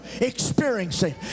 experiencing